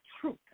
truth